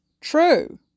true